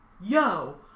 yo